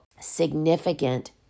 significant